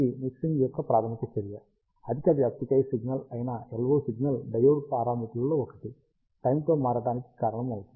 mixing యొక్క ప్రాథమిక చర్య అధిక వ్యాప్తి కై సిగ్నల్ అయిన LO సిగ్నల్ డయోడ్ పారామితులలో ఒకటి టైం తో మారడానికి కారణమవుతుంది